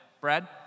Brad